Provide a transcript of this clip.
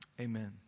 amen